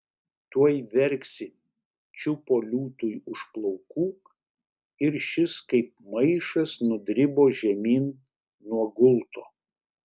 tuoj verksi čiupo liūtui už plaukų ir šis kaip maišas nudribo žemyn nuo gulto